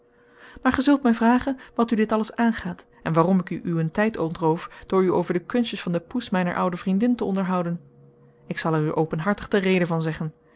maar gij zult mij vragen wat u dit alles aangaat en waarom ik u uwen tijd ontroof door u over de kunstjes van de poes mijner oude vriendin te onderhouden ik zal er u openhartig de reden van zeggen